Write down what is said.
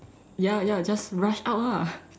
ya ya just rush out lah